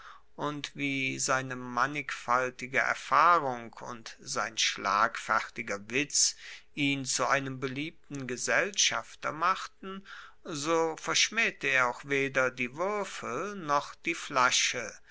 und wie seine mannigfaltige erfahrung und sein schlagfertiger witz ihn zu einem beliebten gesellschafter machten so verschmaehte er auch weder die wuerfel noch die flasche